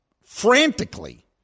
frantically